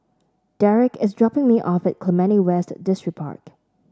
Derek is dropping me off at Clementi West Distripark